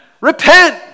repent